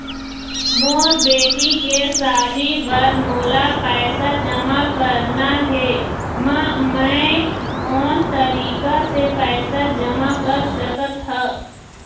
मोर बेटी के शादी बर मोला पैसा जमा करना हे, म मैं कोन तरीका से पैसा जमा कर सकत ह?